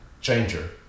changer